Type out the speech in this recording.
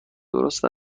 درست